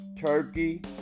Turkey